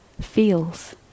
feels